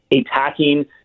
attacking